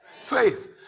faith